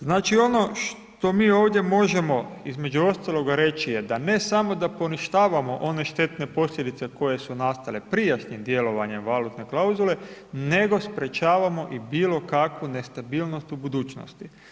Znači, ono što mi ovdje možemo, između ostaloga reći, je da ne samo da poništavamo one štetne posljedice koje su nastale prijašnjim djelovanjem valutne klauzule, nego sprječavamo i bilo kakvu nestabilnost u budućnosti.